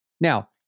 Now